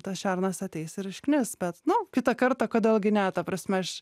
tas šernas ateis ir išknis bet nu kitą kartą kodėl gi ne ta prasme aš